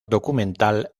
documental